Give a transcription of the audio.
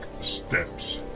steps